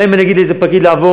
גם אם אני אגיד לאיזה פקיד לעבור,